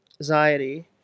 anxiety